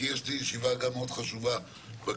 יש לי ישיבה מאוד חשובה גם בכלכלה,